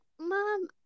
Mom